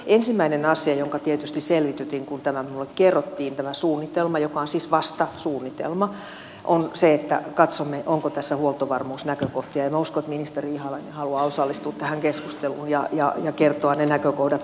ensimmäinen asia jonka tietysti selvitytin kun minulle kerrottiin tämä suunnitelma joka on siis vasta suunnitelma on se että katsomme onko tässä huoltovarmuusnäkökohtia ja minä uskon että ministeri ihalainen haluaa osallistua tähän keskusteluun ja kertoa ne näkökohdat tarkemmin